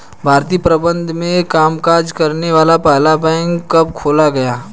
भारतीय प्रबंधन से कामकाज करने वाला पहला बैंक कब खोला गया?